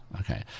Okay